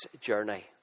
journey